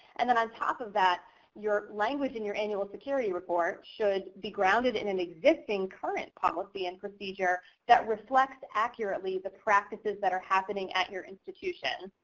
and then on top of that your language in your annual security report should be grounded in an existing current policy and procedure that reflects accurately the practices that are happening at your institution.